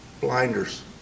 Blinders